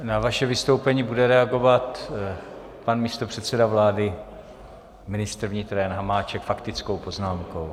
Na vaše vystoupení bude reagovat pan místopředseda vlády a ministr vnitra Jan Hamáček faktickou poznámkou.